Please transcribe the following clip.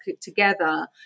together